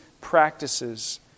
practices